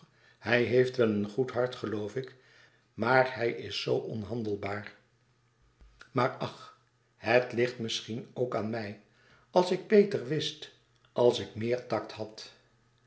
hij heeft wel een goed hart geloof ik maar hij is zoo onhandelbaar maar ach het ligt misschien ook aan mij als ik beter wist als ik meer tact had